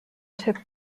took